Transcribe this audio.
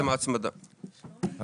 הישיבה ננעלה בשעה 11:55.